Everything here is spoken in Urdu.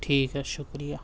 ٹھیک ہے شکریہ